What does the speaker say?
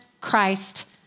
Christ